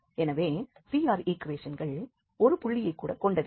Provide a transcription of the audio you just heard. எனவே CR ஈக்குவேஷன்கள் ஒரு புள்ளியைக் கூட கொண்டதில்லை